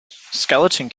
skeleton